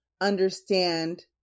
understand